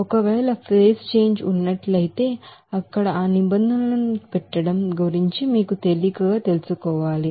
ఒకవేళ phase change లేనట్లయితే అక్కడ ఆ నిబంధనలను విడిచిపెట్టడం గురించి మీరు తేలికగా తెలుసుకోవాలి